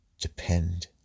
depend